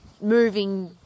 moving